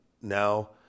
now